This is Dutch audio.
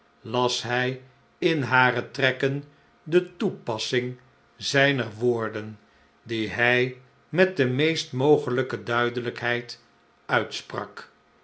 las hij in hare trekken de toepassing zijner woorden die hij met de meest mogelijke duidelijkheid uitsprak